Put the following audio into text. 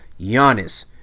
Giannis